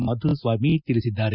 ಮಾಧುಸ್ವಾಮಿ ತಿಳಿಸಿದ್ದಾರೆ